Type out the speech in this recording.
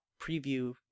preview